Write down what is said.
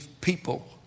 people